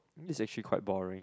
this is actually quite boring